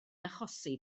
achosi